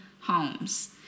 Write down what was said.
homes